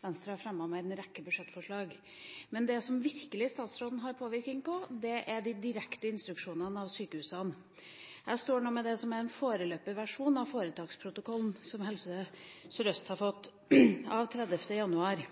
Venstre har fremmet med en rekke budsjettforslag. Det som statsråden virkelig har påvirkning på, er de direkte instruksjonene av sykehusene. Jeg står nå med det som er en foreløpig versjon av foretaksprotokollen som Helse Sør-Øst har fått, av 30. januar.